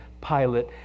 Pilate